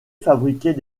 fabriquait